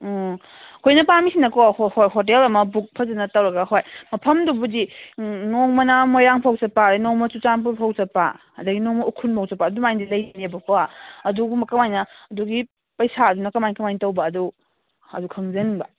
ꯑꯣ ꯑꯩꯈꯣꯏꯅ ꯄꯥꯝꯃꯤꯁꯤꯅꯀꯣ ꯍꯣꯇꯦꯜ ꯑꯃ ꯕꯨꯛ ꯐꯖꯅ ꯇꯧꯔꯒ ꯍꯣꯏ ꯃꯐꯝꯗꯨꯕꯨꯗꯤ ꯅꯣꯡꯃꯅ ꯃꯣꯏꯔꯥꯡꯐꯥꯎ ꯆꯠꯄ ꯑꯗꯩ ꯅꯣꯡꯃꯅ ꯆꯨꯔꯆꯥꯟꯗꯄꯨꯔꯐꯥꯎ ꯆꯠꯄ ꯑꯗꯒꯤ ꯅꯣꯡꯃ ꯎꯈ꯭ꯔꯨꯜ ꯐꯥꯎ ꯆꯠꯄ ꯑꯗꯨꯃꯥꯏꯅꯗꯤ ꯂꯩꯔꯤꯅꯦꯕꯀꯣ ꯑꯗꯨꯒꯨꯝꯕ ꯀꯃꯥꯏꯅ ꯑꯗꯨꯒꯤ ꯄꯩꯁꯥꯗꯨꯅ ꯀꯃꯥꯏ ꯀꯃꯥꯏꯅ ꯇꯧꯕ ꯑꯗꯨ ꯑꯗꯨ ꯈꯪꯖꯅꯤꯡꯕ